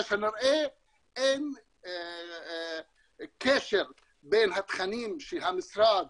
כשנראה שאין קשר בין התכנים שהמשרד